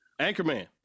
Anchorman